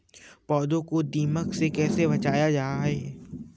पौधों को दीमक से कैसे बचाया जाय?